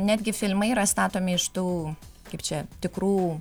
netgi filmai yra statomi iš tų kaip čia tikrų